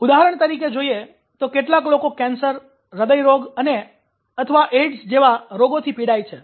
ઉદાહરણ તરીકે જોઈએ તો કેટલાક લોકો કેન્સર હ્રદયરોગ અથવા એઇડ્સ જેવા રોગોથી પીડાય છે